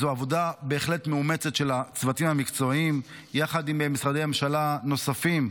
זו עבודה בהחלט מאומצת של הצוותים המקצועיים יחד עם משרדי ממשלה נוספים,